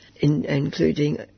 including